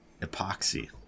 epoxy